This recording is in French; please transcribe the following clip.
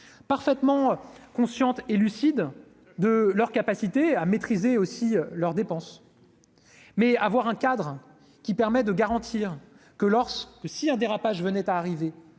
parfaitement consciente et lucide, de leur capacité à maîtriser aussi leurs dépenses, mais avoir un cadre qui permet de garantir que lorsque si un dérapage venait à arriver,